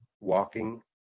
walking